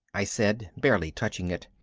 i said, barely touching it.